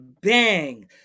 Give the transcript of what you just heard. bang